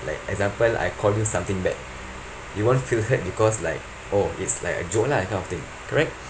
like example I call you something bad you won't feel hurt because like oh it's like a joke lah that kind of thing correct